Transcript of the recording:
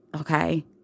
okay